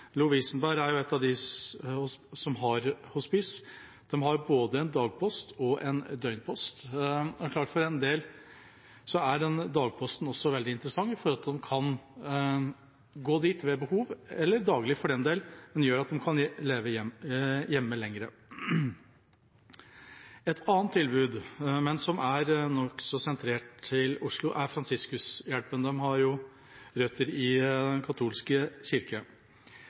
Lovisenberg er ett av sykehusene som har hospice, de har både en dagpost og en døgnpost. Det er klart at for en del er dagposten også veldig interessant, ved at de kan gå dit ved behov – eller daglig, for den del – som gjør at de kan leve hjemme lenger. Et annet tilbud, som er nokså sentrert til Oslo, er Fransiskushjelpen. De har røtter i Den katolske